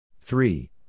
three